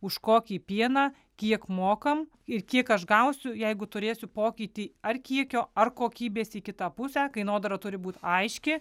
už kokį pieną kiek mokam ir kiek aš gausiu jeigu turėsiu pokytį ar kiekio ar kokybės į kitą pusę kainodara turi būt aiški